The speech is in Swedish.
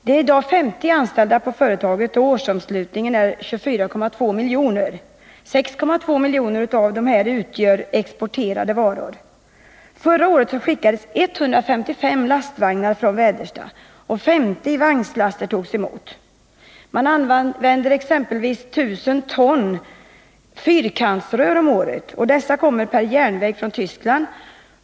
Det är i dag 50 anställda på företaget, och årsomslutningen är på 24,2 miljoner. 6,2 miljoner av dessa härrör från exporterade varor. Förra året skickades 155 lastvagnar från Väderstad, och 50 vagnslaster togs emot. Företaget använder exempelvis 1 000 ton fyrkantsrör per år — rör som kommer per järnväg från Tyskland.